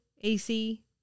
AC